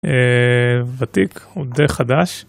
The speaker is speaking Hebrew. ותיק עוד דיי חדש.